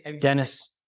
Dennis